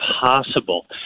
possible